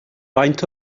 faint